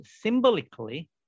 symbolically